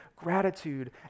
Gratitude